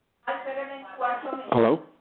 Hello